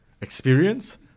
experience